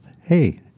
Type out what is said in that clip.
Hey